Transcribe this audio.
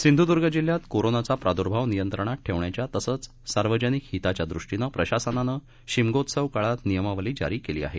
सिंधुदुर्ग जिल्हयात कोरोनाचा प्रादुर्भाव नियंत्रणात ठेवण्याच्या तसंच सार्वजनिक हिताच्या दृष्टीनं प्रशासनानं शिमगोत्सव काळात नियमावली जारी केली आहे